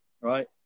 right